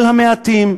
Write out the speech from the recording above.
אל המעטים?